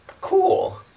Cool